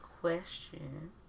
question